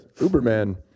Uberman